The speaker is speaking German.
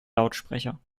lautsprecher